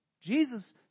Jesus